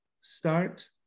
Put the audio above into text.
start